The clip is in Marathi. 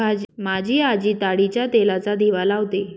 माझी आजी ताडीच्या तेलाचा दिवा लावते